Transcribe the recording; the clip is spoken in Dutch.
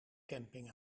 camping